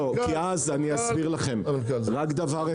לא, כי אז, אני אסביר לכם רק דבר אחד.